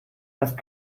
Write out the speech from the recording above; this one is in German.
erst